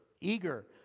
eager